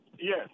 yes